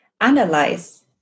analyze